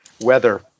weather